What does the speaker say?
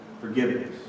forgiveness